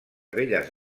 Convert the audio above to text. belles